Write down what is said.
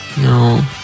No